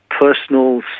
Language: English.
personal